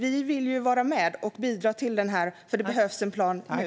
Vi vill vara med och bidra, för det behövs en plan nu.